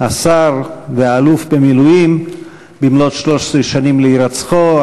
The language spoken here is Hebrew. השר והאלוף במילואים, במלאות 13 שנים להירצחו.